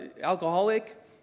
alcoholic